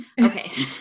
okay